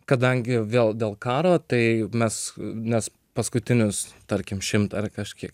kadangi vėl dėl karo tai mes nes paskutinius tarkim šimtą ar kažkiek